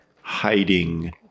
hiding